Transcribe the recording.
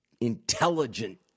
intelligent